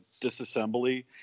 disassembly